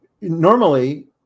normally